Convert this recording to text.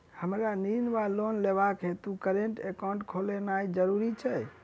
हमरा ऋण वा लोन लेबाक हेतु करेन्ट एकाउंट खोलेनैय जरूरी छै?